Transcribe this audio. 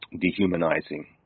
dehumanizing